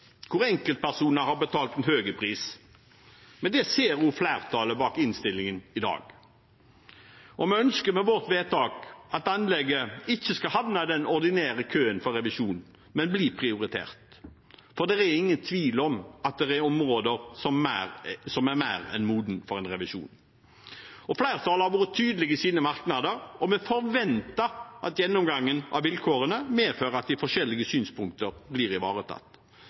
Enkeltpersoner har betalt en høy pris, men det ser også flertallet bak innstillingen i dag, og vi ønsker med vårt vedtak at anlegget ikke skal havne i den ordinære køen for revisjon, men bli prioritert. For det er ingen tvil om at det er områder som er mer enn modne for en revisjon. Flertallet har vært tydelig i sine merknader, og vi forventer at gjennomgangen av vilkårene medfører at de forskjellige synspunktene blir ivaretatt.